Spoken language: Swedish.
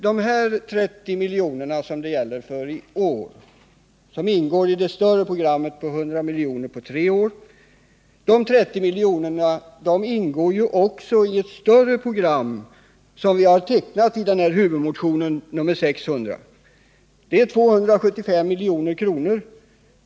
De 30 miljoner som vi har föreslagit i år ingår i ett större program om 100 miljoner på tre år och också i det större program som vi har tecknat i huvudmotionen 1978/79:600 och som omfattar 275 milj.kr.